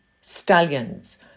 Stallions